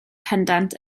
pendant